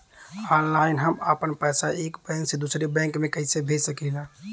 Online हम आपन पैसा एक बैंक से दूसरे बैंक में कईसे भेज सकीला?